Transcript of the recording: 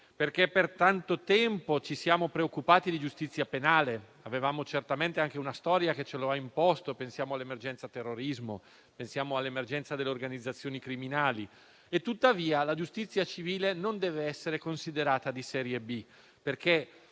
perché per tanto tempo ci siamo preoccupati di giustizia penale. Avevamo certamente anche una storia che ce lo ha imposto: pensiamo all'emergenza terrorismo o alle organizzazioni criminali. Tuttavia, la giustizia civile non deve essere considerata di serie B, perché